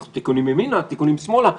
צריך תיקונים ימינה ותיקונים שמאלה.